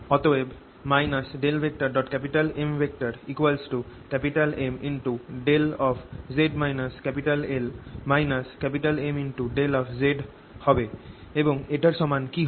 অতএব M Mδ Mδ হবে এবং এটার সমান কি হবে